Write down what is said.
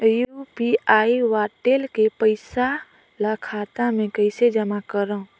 UPI wallet के पईसा ल खाता मे कइसे जमा करव?